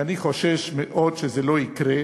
ואני חושש מאוד שזה לא יקרה,